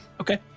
okay